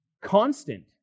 constant